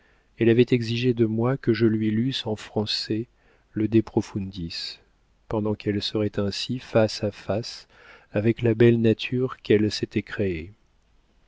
elle avait exigé de moi que je lui lusse en français le de profundis pendant qu'elle serait ainsi face à face avec la belle nature qu'elle s'était créée